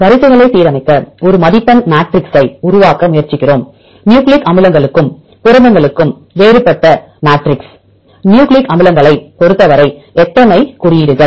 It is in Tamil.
வரிசைகளை சீரமைக்க ஒரு மதிப்பெண் மேட்ரிக்ஸைப் உருவாக்க முயற்சிக்கிறோம் நியூக்ளிக் அமிலங்களுக்கும் புரதங்களுக்கும் வேறுபட்ட மேட்ரிக்ஸ் நியூக்ளிக் அமிலங்களைப் பொறுத்தவரை எத்தனை குறியீடுகள்